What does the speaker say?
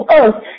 earth